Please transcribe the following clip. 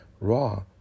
raw